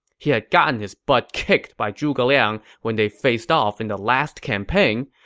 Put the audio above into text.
he had gotten his butt kicked by zhuge liang when they faced off in the last campaign,